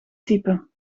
type